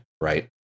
Right